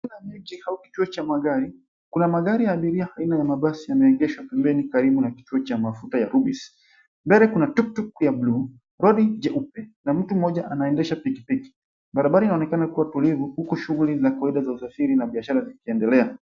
Ni mji au kituo cha magari. Kuna magari ya abiria aina ya mabasi yameegeshwa pembeni karibu na kituo cha mafuta ya Rubis. Mbele kuna tuktuk ya blue, roli jeupe na mtu mmoja anaendesha pikipiki. Barabara inaonekana kuwa tulivu huku shughuli za kawaida za usafiri na biashara zikiendelea.